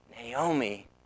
Naomi